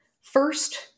first